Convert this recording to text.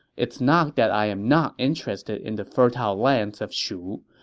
it's not that i am not interested in the fertile lands of shu,